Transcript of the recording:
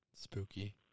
Spooky